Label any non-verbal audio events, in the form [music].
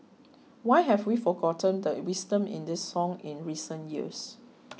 why have we forgotten the [noise] wisdom in this song in recent years